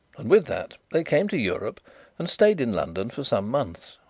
and with that they came to europe and stayed in london for some months.